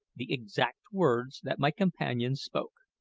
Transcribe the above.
the exact words that my companions spoke.